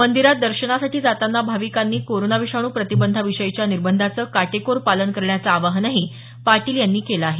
मंदिरांत दर्शनासाठी जाताना भाविकांनी कोरोना विषाणू प्रतिबंधाविषयीच्या निर्बंधांचं काटेकोर पालन करण्याचं आवाहनही पाटील यांनी केलं आहे